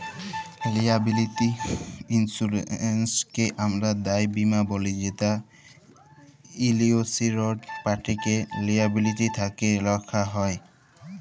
liability ইলসুরেলসকে আমরা দায় বীমা ব্যলি যেট ইলসিওরড পাটিকে লিয়াবিলিটি থ্যাকে রখ্যা ক্যরে